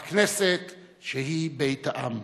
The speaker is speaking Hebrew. הכנסת שהיא בית העם.